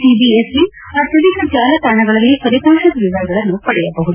CBSE ಅಧಿಕೃತ ಜಾಲತಾಣಗಳಲ್ಲಿ ಫಲಿತಾಂಶದ ವಿವರಗಳನ್ನು ಪಡೆಯಬಹುದು